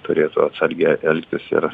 turėtų atsargiai elgtis ir